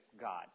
God